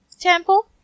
temple